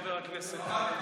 חבר הכנסת,